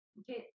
okay